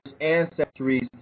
Ancestries